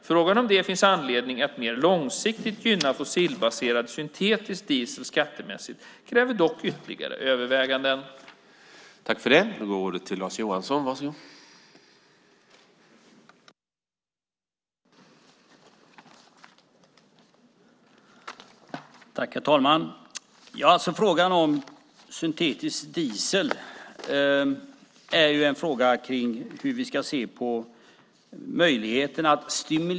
Frågan om det finns anledning att mer långsiktigt gynna fossilbaserad syntetisk diesel skattemässigt kräver dock ytterligare överväganden.